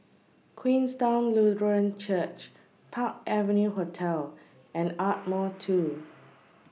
Queenstown Lutheran Church Park Avenue Hotel and Ardmore two